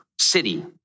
city